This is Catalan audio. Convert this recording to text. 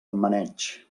maneig